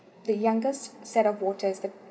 the youngest set of voters